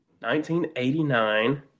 1989